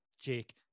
jake